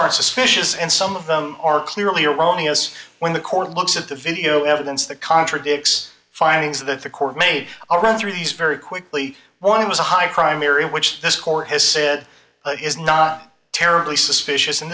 are suspicious and some of them are clearly erroneous when the court looks at the video evidence that contradicts findings that the court made a run through these very quickly one was a high crime area which this court has said is not terribly suspicious and